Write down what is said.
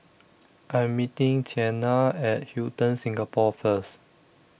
I Am meeting Qiana At Hilton Singapore First